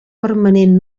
permanent